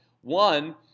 One